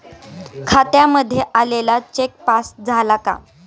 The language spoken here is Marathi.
खात्यामध्ये आलेला चेक पास झाला का?